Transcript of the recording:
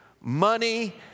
Money